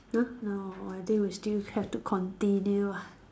!huh! no I think we still have to continue ah